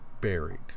buried